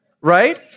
Right